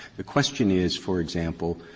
the question is, for example,